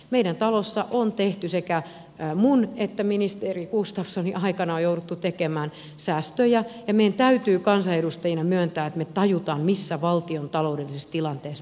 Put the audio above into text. meidän talossamme on tehty sekä minun että ministeri gustafssonin aikana on jouduttu tekemään säästöjä ja meidän täytyy kansanedustajina myöntää että me tajuamme missä valtiontaloudellisessa tilanteessa me olemme